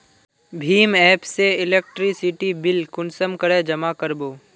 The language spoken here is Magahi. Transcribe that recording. भीम एप से इलेक्ट्रिसिटी बिल कुंसम करे जमा कर बो?